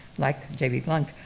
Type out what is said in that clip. like j. b. blunk,